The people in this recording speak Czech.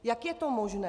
Jak je to možné?